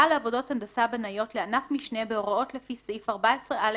לעבודות הנדסה בנאיות לענף משנה בהוראות לפי סעיף 14(א)